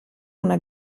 una